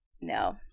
no